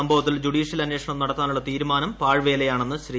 സംഭവത്തിൽ ജുഡീഷ്യൽ അന്വേഷണം നടത്താനുള്ള തീരുമാനം പാഴ്വേലയാണെന്ന് ശ്രീ